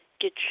get